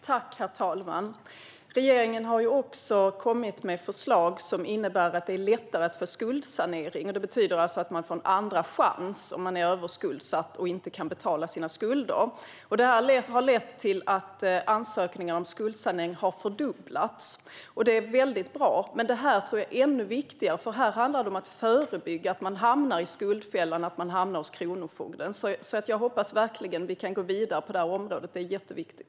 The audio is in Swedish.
Herr talman! Regeringen har också kommit med förslag som innebär att det är lättare att få skuldsanering. Det betyder att man får en andra chans om man är överskuldsatt och inte kan betala sina skulder. Det har lett till att ansökningar om skuldsanering har fördubblats. Det är väldigt bra. Men jag tror att detta är ännu viktigare. Här handlar det om att förebygga att man hamnar i skuldfällan och hos Kronofogden. Jag hoppas verkligen att vi kan gå vidare på det området. Det är jätteviktigt.